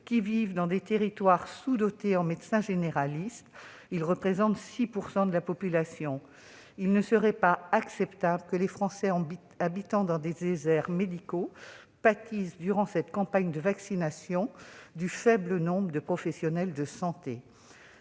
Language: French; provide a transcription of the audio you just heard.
qui vivent dans des territoires sous-dotés en médecins généralistes, soit 6 % de la population. Il ne serait pas acceptable que les Français habitant dans les déserts médicaux pâtissent, durant cette campagne de vaccination, du faible nombre de professionnels de santé.